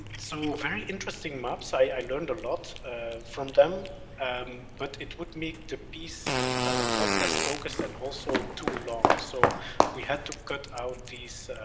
so, very interesting maps i i learned a lot from them but it would make the piece a lot less focus and also too long so we had to cut out these,